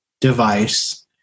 device